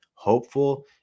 hopeful